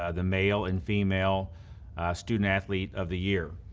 ah the male and female student athlete of the year.